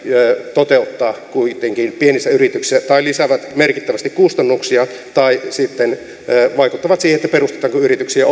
toteuttaa kuitenkin pienissä yrityksissä tai lisäävät merkittävästi kustannuksia tai sitten vaikuttavat siihen perustetaanko yrityksiä